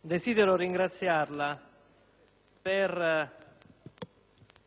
desidero ringraziarla per